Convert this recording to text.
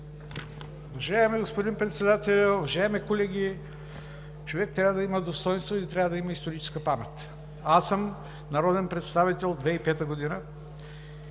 Уважаеми господин Председател, уважаеми колеги! Човек трябва да има достойнство и трябва да има историческа памет. Аз съм народен представител от 2005 г.